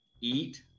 eat